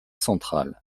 centrale